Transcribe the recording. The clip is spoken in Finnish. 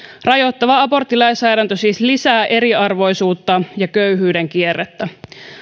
rajoittava aborttilainsäädäntö siis lisää eriarvoisuutta ja köyhyyden kierrettä